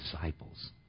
disciples